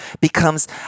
becomes